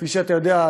כפי שאתה יודע,